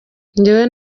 njyewe